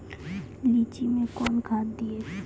लीची मैं कौन खाद दिए?